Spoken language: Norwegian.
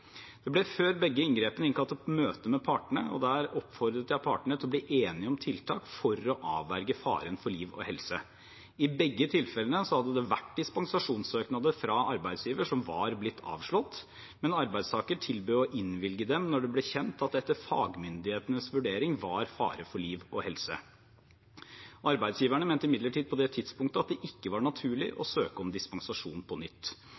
Før begge inngrepene ble det innkalt til møte med partene, og der oppfordret jeg partene til å bli enige om tiltak for å avverge faren for liv og helse. I begge tilfellene hadde det vært dispensasjonssøknader fra arbeidsgiver som var blitt avslått, men arbeidstaker tilbød å innvilge dem da det ble kjent at det etter fagmyndighetenes vurdering var fare for liv og helse. Arbeidsgiverne mente imidlertid på det tidspunktet at det ikke var naturlig å søke om dispensasjon på nytt.